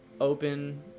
open